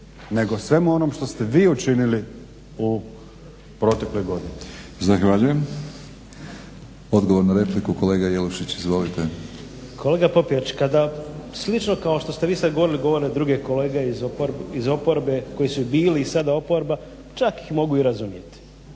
nego svemu onom što ste vi učinili u protekloj godini. **Batinić, Milorad (HNS)** Zahvaljujem. Odgovor na repliku, kolega Jelušić. Izvolite. **Jelušić, Ivo (SDP)** Kolega Popijač kada slično kao što ste vi sad govorili govore druge kolege iz oporbe koji su bili i sada oporba čak ih mogu i razumjeti,